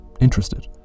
interested